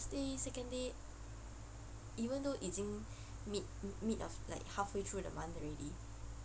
first day second day even though it's in mid mid of like halfway through the month already